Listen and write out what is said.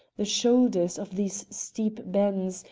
the shoulders of these steep bens,